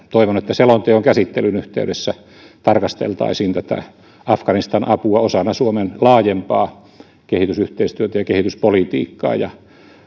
toivon että selonteon käsittelyn yhteydessä tarkasteltaisiin tätä afganistan apua osana suomen laajempaa kehitysyhteistyötä ja kehityspolitiikkaa ja